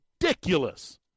ridiculous